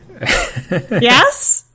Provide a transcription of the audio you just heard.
yes